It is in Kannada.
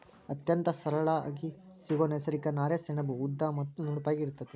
ಅತ್ಯಂತ ಸರಳಾಗಿ ಸಿಗು ನೈಸರ್ಗಿಕ ನಾರೇ ಸೆಣಬು ಉದ್ದ ಮತ್ತ ನುಣುಪಾಗಿ ಇರತತಿ